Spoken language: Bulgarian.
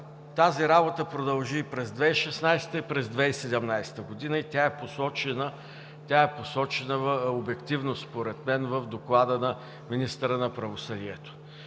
Тази работа продължи и през 2016 г. и 2017 г., и тя е посочена обективно според мен в Доклада на министъра на правосъдието.